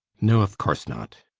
no, of course not.